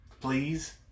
Please